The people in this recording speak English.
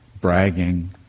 bragging